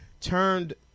turned